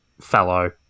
fellow